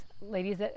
ladies